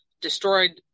destroyed